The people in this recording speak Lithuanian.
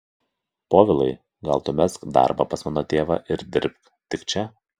povilai gal tu mesk darbą pas mano tėvą ir dirbk tik čia